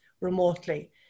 remotely